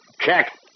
Check